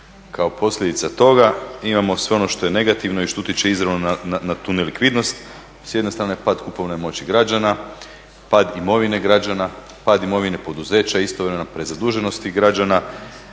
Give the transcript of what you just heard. Kao posljedica toga, imamo sve ono što je negativno i što utječe izravno na tu nelikvidnost, s jedne strane pad kupovne moći građana, pad imovine građana, pad imovine poduzeća, istovremena prezaduženost građana,